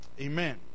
Amen